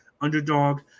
underdog